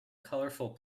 colorful